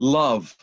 love